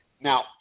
Now